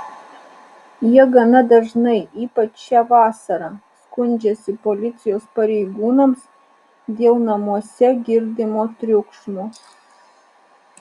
jie gana dažnai ypač šią vasarą skundžiasi policijos pareigūnams dėl namuose girdimo triukšmo